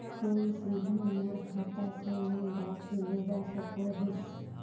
तुई सीधे मोर खाता से लोन राशि लुबा सकोहिस?